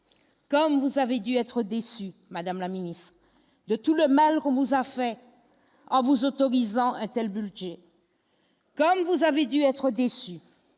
Comme vous avez dû être déçu, madame la Ministre de tout le mal vous à fin en vous autorisant untel, budget. Comme vous avez dû être déçu,